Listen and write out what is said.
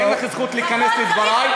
אין לך זכות להיכנס לדברי.